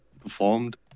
performed